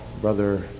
Brother